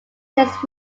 tells